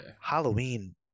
halloween